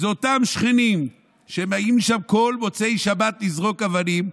אלה אותם שכנים שבאים שם כל מוצאי שבת לזרוק אבנים,